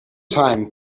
time